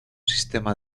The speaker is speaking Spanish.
sistema